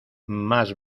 más